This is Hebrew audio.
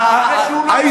שלו,